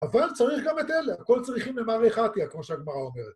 אבל צריך גם את אלה, "הכל צריכין למרי חטיא", כמו שהגמרא אומרת.